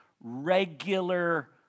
regular